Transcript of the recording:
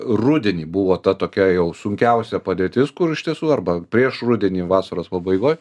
rudenį buvo ta tokia jau sunkiausia padėtis kur iš tiesų arba prieš rudenį vasaros pabaigoj